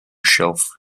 shelf